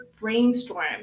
brainstorm